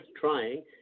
trying